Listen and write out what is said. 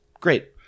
Great